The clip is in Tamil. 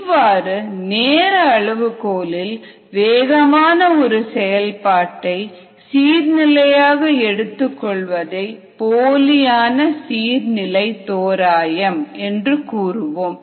இவ்வாறு நேர அளவுகோலில் வேகமான ஒரு செயல்பாட்டை சீர் நிலையாக எடுத்துக்கொள்வதை போலியான சீர் நிலை தோராயம் என்று கூறுவோம்